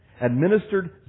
administered